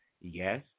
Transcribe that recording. yes